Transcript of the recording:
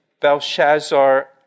Belshazzar